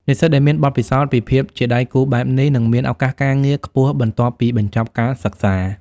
និស្សិតដែលមានបទពិសោធន៍ពីភាពជាដៃគូបែបនេះនឹងមានឱកាសការងារខ្ពស់បន្ទាប់ពីបញ្ចប់ការសិក្សា។